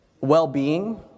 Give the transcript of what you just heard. well-being